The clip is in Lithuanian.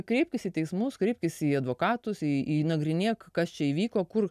kreiptis į teismus kreipkis į advokatus į nagrinėk kas čia įvyko kur